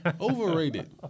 Overrated